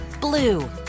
Blue